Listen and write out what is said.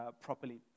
properly